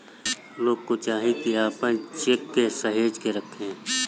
लोग के चाही की आपन चेक के सहेज के रखे